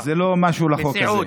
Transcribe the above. בסיעוד, זה לא משהו בחוק הזה.